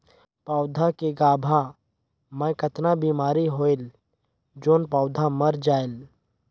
पौधा के गाभा मै कतना बिमारी होयल जोन पौधा मर जायेल?